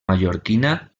mallorquina